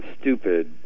stupid